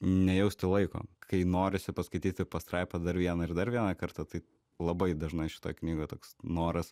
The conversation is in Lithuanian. nejausti laiko kai norisi paskaityti pastraipą dar vieną ir dar vieną kartą tai labai dažnai šitoj knygoj toks noras